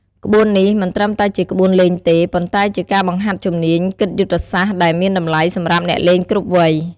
ក្បួននេះមិនត្រឹមតែជាក្បួនលេងទេ ប៉ុន្តែជាការបង្ហាត់ជំនាញគិតយុទ្ធសាស្ត្រដែលមានតម្លៃសម្រាប់អ្នកលេងគ្រប់វ័យ។